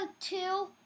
two